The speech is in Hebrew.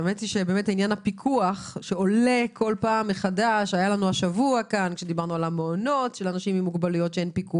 האמת היא שעניין הפיקוח עולה פה הרבה והוא תמיד חסר.